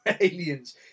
Aliens